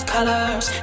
Colors